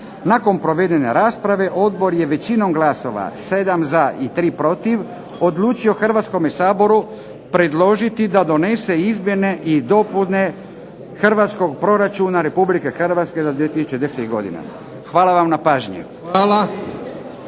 Nakon provedene rasprave odbor je većinom glasova, 7 za i 3 protiv, odlučio Hrvatskome saboru predložiti da donese izmjene i dopune Hrvatskog proračuna RH za 2010. godinu. Hvala vam na pažnji.